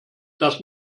dass